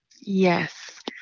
yes